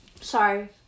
Sorry